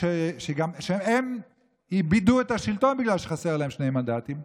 הם איבדו את השלטון בגלל שחסרים להם שני מנדטים,